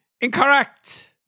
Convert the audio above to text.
Incorrect